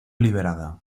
liberada